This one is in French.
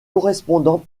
correspondant